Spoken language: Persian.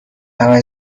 همش